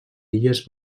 illes